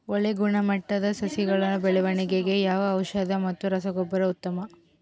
ಒಳ್ಳೆ ಗುಣಮಟ್ಟದ ಸಸಿಗಳ ಬೆಳವಣೆಗೆಗೆ ಯಾವ ಔಷಧಿ ಮತ್ತು ರಸಗೊಬ್ಬರ ಉತ್ತಮ?